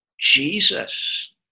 Jesus